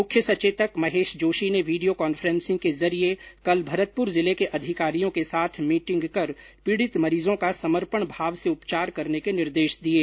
मुख्य सचेतक महेश जोशी ने वीडियो कॉन्फ्रेन्सिंग के जरिये कल भरतपुर जिले के अधिकारियों के साथ मीटिंग कर पीडित मरीजों का समर्पण भाव से उपचार करने के निर्देश दिये